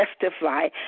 testify